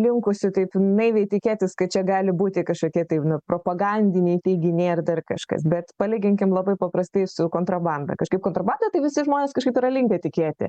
linkusi taip naiviai tikėtis kad čia gali būti kažkokie tai propagandiniai teiginiai ar dar kažkas bet palyginkim labai paprastai su kontrabanda kažkaip kontrabanda tai visi žmonės kažkaip yra linkę tikėti